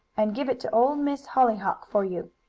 and give it to old miss hollyhock for you.